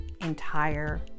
entire